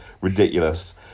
ridiculous